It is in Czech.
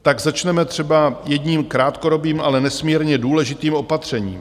Tak začneme třeba jedním krátkodobým, ale nesmírně důležitým opatřením.